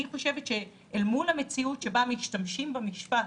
אני חושבת שאל מול המציאות בה משתמשים במשפט,